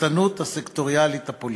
הסחטנות הסקטוריאלית הפוליטית.